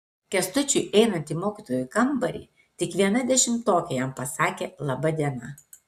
kęstučiui einant į mokytojų kambarį tik viena dešimtokė jam pasakė laba diena